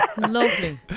lovely